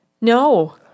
No